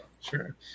Sure